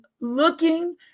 looking